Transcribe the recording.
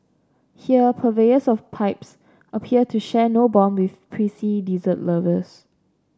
here purveyors of pipes appear to share no bond with prissy dessert lovers